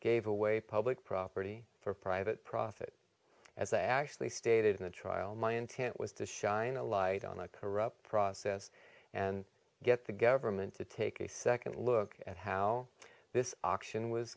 gave away public property for private profit as i actually stated in the trial my intent was to shine a light on the corrupt process and get the government to take a second look at how this auction was